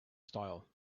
style